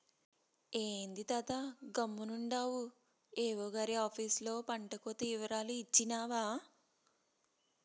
ఏంది తాతా గమ్మునుండావు ఏవో గారి ఆపీసులో పంటకోత ఇవరాలు ఇచ్చినావా